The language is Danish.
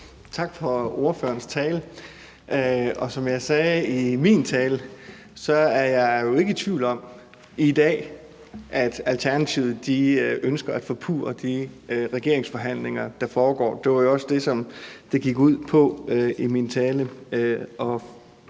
Tak for ordførerens tale. Som jeg sagde i min tale, er jeg ikke i tvivl om i dag, at Alternativet ønsker at forpurre de regeringsforhandlinger, der foregår. Det var jo også det, som det gik ud på i min tale,